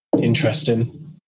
Interesting